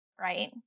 right